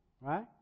Right